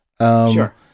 Sure